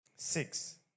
Six